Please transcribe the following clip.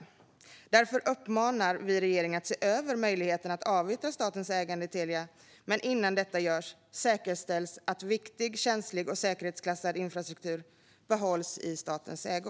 Därför uppmanar vi regeringen att se över möjligheterna att avyttra statens ägande i Telia. Men innan detta görs ska det säkerställas att viktig, känslig och säkerhetsklassad infrastruktur behålls i statens ägo.